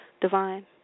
Divine